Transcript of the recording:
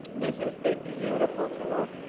this is a beautiful tool.